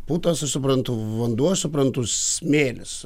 putos aš suprantu vanduo suprantu smėlis